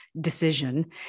decision